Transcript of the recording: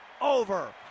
over